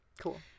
Cool